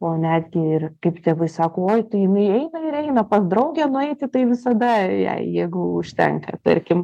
o netgi ir kaip tėvai sako oi tai jinai eina ir eina pas draugę nueiti tai visada jai jėgų užtenka tarkim